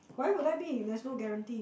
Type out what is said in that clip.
why would I be there is no guarantee